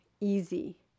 easy